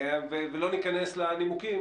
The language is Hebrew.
ולא ניכנס לנימוקים.